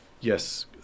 Yes